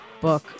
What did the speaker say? book